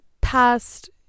past